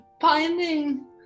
finding